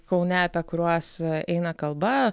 kaune apie kuriuos eina kalba